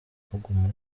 kuguma